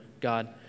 God